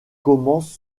commence